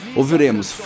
Ouviremos